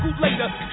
later